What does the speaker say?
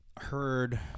heard